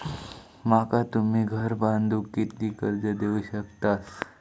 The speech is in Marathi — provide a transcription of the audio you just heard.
माका तुम्ही घर बांधूक किती कर्ज देवू शकतास?